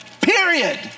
period